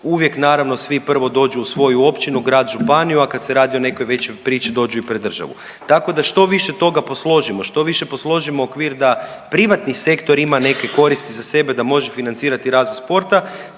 uvijek naravno svi prvo dođu u svoju općinu, grad, županiju, a kad se radi o nekoj većoj priči dođu i pred državu. Tako da što više toga posložimo, što više posložimo okvir da privatni sektor ima neke koristi za sebe da može financirati razvoj sporta